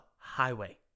Highway